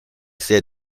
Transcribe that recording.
said